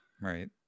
Right